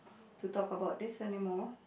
to talk about this anymore